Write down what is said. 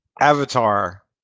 Avatar